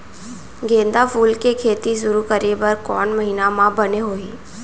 गेंदा फूल के खेती शुरू करे बर कौन महीना मा बने होही?